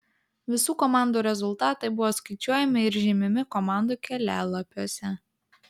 visų komandų rezultatai buvo skaičiuojami ir žymimi komandų kelialapiuose